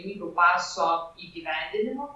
galimybių paso įgyvendinimu